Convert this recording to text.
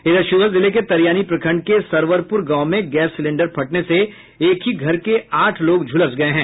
इधर शिवहर जिले के तरियानी प्रखंड के सरवरपुर गांव में गैस सिलेंडर फटने से एक ही घर के आठ लोग झुलस गए हैं